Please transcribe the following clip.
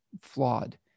flawed